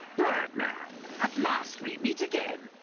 birdman! at last, we meet again.